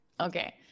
okay